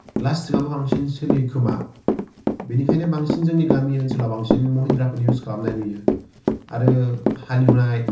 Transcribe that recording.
लास्तिंआबो बांसिन सोलियो खोमा बेनिखायनो बांसिन जोंनि गामि ओनसोलाव बांसिन महिन्द्राखौनो इउज खालामनाय नुयो आरो हालेवनाय